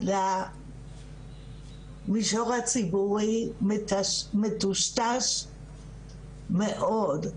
למישור הציבורי מטושטש מאוד,